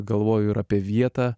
galvoju ir apie vietą